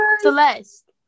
celeste